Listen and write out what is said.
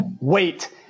wait